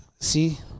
See